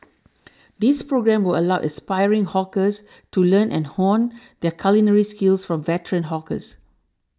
this programme will allow aspiring hawkers to learn and hone their culinary skills from veteran hawkers